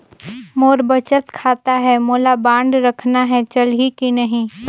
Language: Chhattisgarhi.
मोर बचत खाता है मोला बांड रखना है चलही की नहीं?